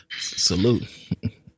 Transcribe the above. Salute